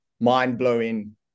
mind-blowing